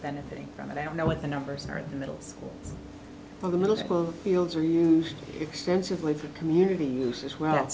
benefiting from it i don't know what the numbers are in the middle of the middle school fields are used extensively for community use as well